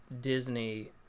Disney